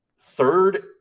third